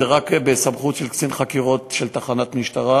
זה רק בסמכות של קצין חקירות של תחנת משטרה.